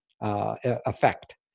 effect